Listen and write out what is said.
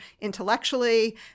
intellectually